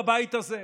בבית הזה,